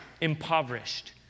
impoverished